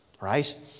Right